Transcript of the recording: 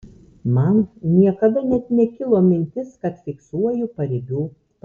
man niekada net nekilo mintis kad fiksuoju paribių pasaulius